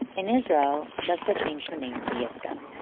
in israel, jessica changed her name to yiscah.